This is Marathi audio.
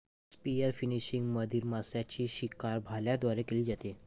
स्पीयरफिशिंग मधील माशांची शिकार भाल्यांद्वारे केली जाते